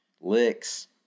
Licks